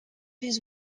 his